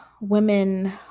women